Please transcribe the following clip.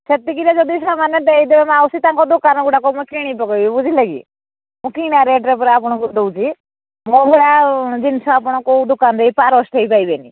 ସେତିକିରେ ଯଦି ସେମାନେ ଦେଇଦେବେ ମାଉସୀ ତାଙ୍କ ଦୋକାନ ଗୁଡ଼ାକ ମୁଁ କିଣି ପକେଇବି ବୁଝିଲେ କି ମୁଁ କିଣା ରେଟ୍ରେ ପରା ଆପଣଙ୍କୁ ଦେଉଛି ମୋ ଭଳିଆ ଜିନିଷ ଆପଣ କେଉଁ ଦୋକାନ ଦେଇ ପାରୋଷ୍ଟ କେହି ପାଇବେନି